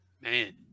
Man